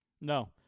No